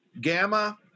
gamma